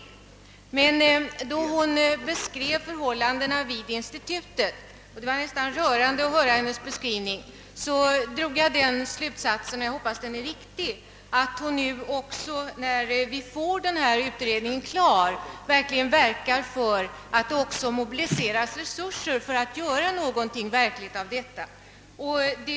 Och när fru Sundberg beskrev förhållandena vid konsumentinstitutet — det var nästan rörande att höra hennes beskrivning — drog jag den slutsatsen att hon nu, när vi får denna utredning, också kommer att medverka till att de nödvändi ga resurserna för att göra något konkret ställes till förfogande.